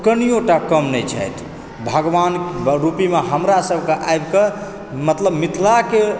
कनियोटा कम नहि छथि भगवानके रूपमे हमरा सबके आबि कऽ मतलब मिथिलाके